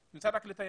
תקציבית.